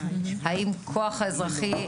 האם הכוח האזרחי,